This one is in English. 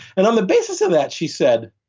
and on the basis of that she said,